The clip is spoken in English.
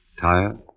Tired